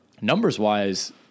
numbers-wise